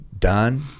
done